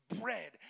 bread